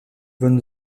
von